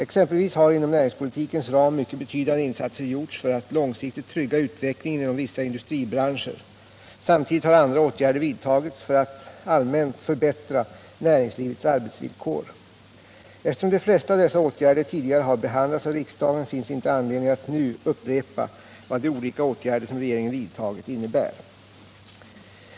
Exempelvis har inom näringspolitikens ram mycket betydande insatser gjorts för att långsiktigt trygga utvecklingen inom vissa industribranscher. Samtidigt har andra åtgärder vidtagits för att allmänt förbättra näringslivets arbetsvillkor. Eftersom de flesta av dessa åtgärder tidigare har behandlats av riksdagen finns inte anledning att nu upprepa vad de olika åtgärder som regeringen vidtagit innebär.